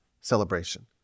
celebration